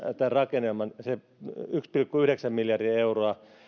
tämän rakennelman pohja se yksi pilkku yhdeksän miljardia euroa